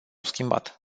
schimbat